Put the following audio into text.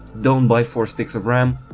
don't buy four sticks of ram,